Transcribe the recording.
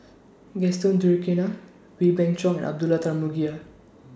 Gaston Wee Beng Chong and Abdullah Tarmugi